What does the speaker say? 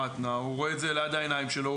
הוא רואה את זה ליד העיניים שלו,